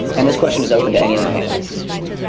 and this question is open to any of the panelists.